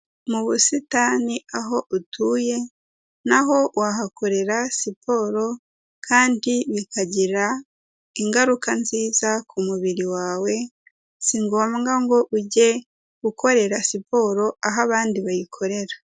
Mu busitani aho utuye na ho wahakorera siporo kandi bikagira ingaruka nziza ku mubiri wawe, si ngombwa ngo ujye ukorera siporo aho abandi bayikorera.